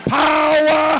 power